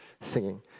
Singing